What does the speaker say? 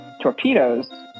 torpedoes